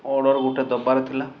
order ଗୋଟେ ଦେବାର ଥିଲା